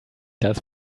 dass